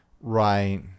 Right